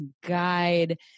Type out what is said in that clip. guide